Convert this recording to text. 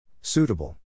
Suitable